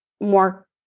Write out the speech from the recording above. more